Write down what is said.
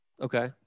Okay